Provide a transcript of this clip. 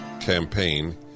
campaign